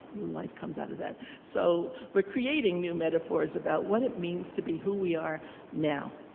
new life comes out of that. so we're creating new metaphors about what it means to be who we are now.